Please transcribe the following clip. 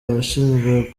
abashinzwe